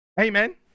Amen